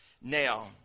Now